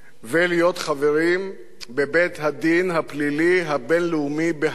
ולהיות חברים בבית-הדין הפלילי הבין-לאומי בהאג,